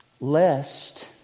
Lest